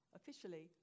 officially